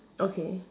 okay